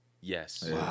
Yes